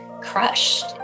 crushed